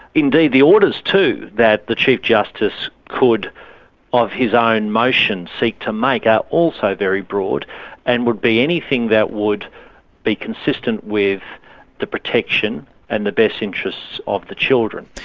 indeed, the orders too that the chief justice could of his own motion seek to make are also very broad and would be anything that would be consistent with the protection and the best interests of the children.